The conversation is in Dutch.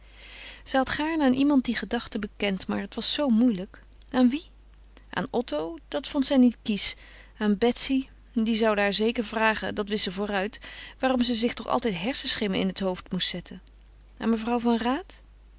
zij had gaarne aan iemand die gedachten bekend maar het was zoo moeilijk aan wien aan otto dat vond zij niet kiesch aan betsy die zoude haar zeker vragen dat wist ze vooruit waarom ze zich toch altijd hersenschimmen in het hoofd moest zetten aan mevrouw van raat